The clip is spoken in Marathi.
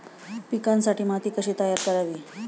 पिकांसाठी माती कशी तयार करावी?